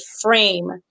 frame